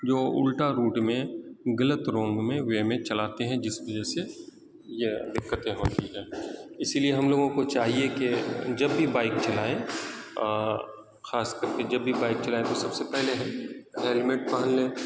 جو الٹا روٹ میں غلط رونگ میں وے چلاتے ہیں جس وجہ سے یہ دقتیں ہوتی ہیں اسی لیے ہم لوگوں کو چاہیے کہ جب بھی بائیک چلائیں خاص کر کے جب بھی بائیک چلائیں تو سب سے پہلے ہیلمیٹ پہن لیں